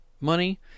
money